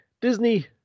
disney